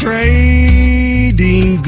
Trading